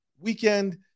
weekend